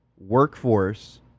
workforce